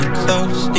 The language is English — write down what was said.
close